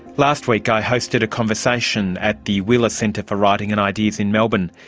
last week i hosted a conversation at the wheeler centre for writing and ideas in melbourne.